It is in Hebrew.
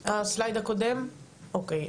אוקי,